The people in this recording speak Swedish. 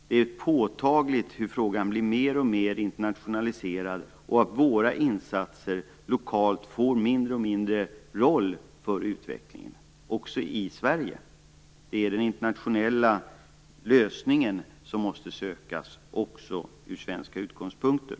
Det är påtagligt hur frågan blir mer och mer internationaliserad och att våra insatser lokalt får en mindre och mindre roll för utvecklingen också i Sverige. Det är den internationella lösningen som måste sökas också ur svenska utgångspunkter.